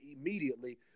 immediately